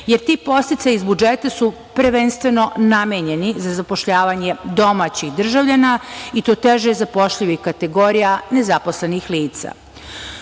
jer ti podsticaji iz budžeta su prvenstveno namenjeni za zapošljavanje domaćih državljana i to teže zapošljivih kategorija nezaposlenih lica.U